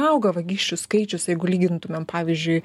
auga vagysčių skaičius jeigu lygintumėm pavyzdžiui